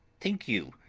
think you,